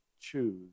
choose